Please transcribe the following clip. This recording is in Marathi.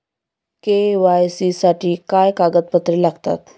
के.वाय.सी साठी काय कागदपत्रे लागतात?